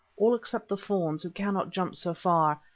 all except the fawns, who cannot jump so far,